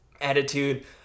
attitude